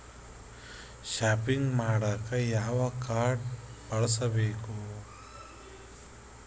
Shopping ಮಾಡಾಕ ಯಾವ card ಬಳಸಬೇಕು?